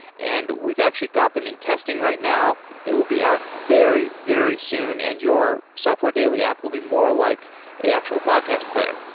and we've actually got them in testing right now. they will be out very, very soon and your software daily app will be more like an actual podcast player.